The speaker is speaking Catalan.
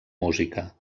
música